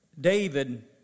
David